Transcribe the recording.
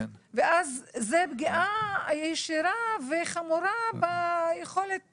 -- ואז זו פגיעה ישירה וחמורה ביכולת